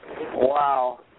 Wow